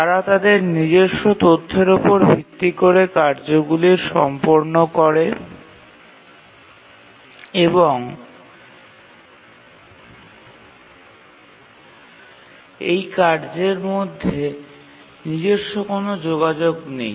তারা তাদের নিজস্ব তথ্যের উপর ভিত্তি করে কার্যগুলি সম্পন্ন করে এবং এই কার্যগুলির মধ্যে নিজস্ব কোনও যোগাযোগ নেই